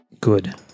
good